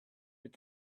with